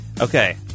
okay